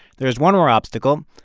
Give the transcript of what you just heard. there's one more obstacle.